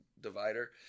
divider